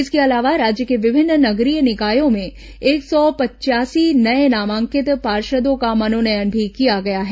इसके अलावा राज्य के विभिन्न नगरीय निकायों में एक सौ पचयासी नये नामांकित पार्षदों का मनोनयन भी किया गया है